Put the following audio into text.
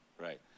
Right